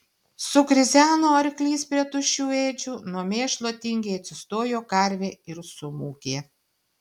sukrizeno arklys prie tuščių ėdžių nuo mėšlo tingiai atsistojo karvė ir sumūkė